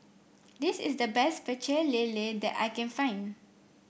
this is the best Pecel Lele that I can find